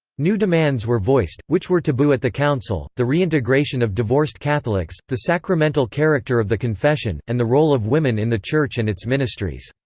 new demands were voiced, which were taboo at the council, the reintegration of divorced catholics, the sacramental character of the confession, and the role of women in the church and its ministries.